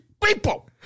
people